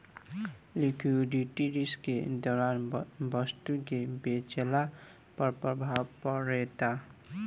liquidity risk के दौरान वस्तु के बेचला पर प्रभाव पड़ेता